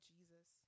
Jesus